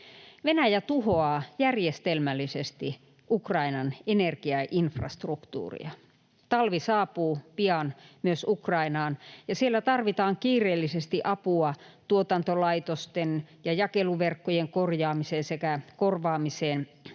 Venäjä tuhoaa järjestelmällisesti Ukrainan energiainfrastruktuuria. Talvi saapuu pian myös Ukrainaan, ja siellä tarvitaan kiireellisesti apua tuotantolaitosten ja jakeluverkkojen korjaamiseen sekä korvaamiseen,